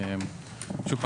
שוב פעם,